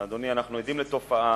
אדוני, אנחנו עדים לתופעה